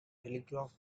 telegraph